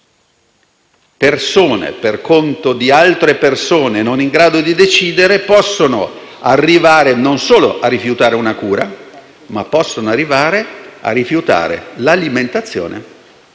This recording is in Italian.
morire. Persone, per conto di altre persone non in grado di decidere, possono arrivare non solo a rifiutare una cura ma possono arrivare a rifiutare l'alimentazione